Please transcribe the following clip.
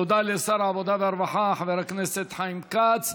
תודה לשר העבודה והרווחה חבר הכנסת חיים כץ.